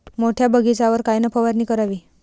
मोठ्या बगीचावर कायन फवारनी करावी?